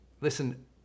Listen